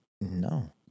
No